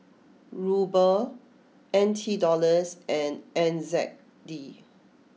Ruble N T Dollars and N Z D